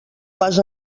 pas